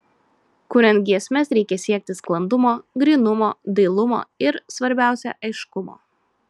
kuriant giesmes reikia siekti sklandumo grynumo dailumo ir svarbiausia aiškumo